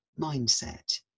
mindset